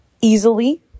easily